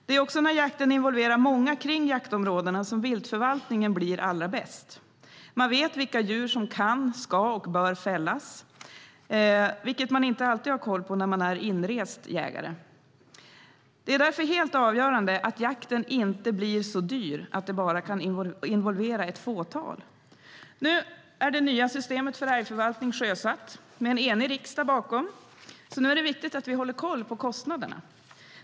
Det är också när jakten involverar många kring jaktområdena som viltförvaltningen blir allra bäst. Man vet vilka djur som kan, ska och bör fällas. Det har man inte alltid koll på när man är inrest jägare. Det är därför helt avgörande att jakten inte blir så dyr att den bara kan involvera ett fåtal. Nu är det nya systemet för älgförvaltning sjösatt med en enig riksdag bakom. Det är nu viktigt att vi håller koll på kostnaderna.